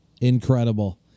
incredible